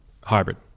hybrid